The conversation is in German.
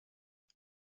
ich